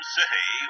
City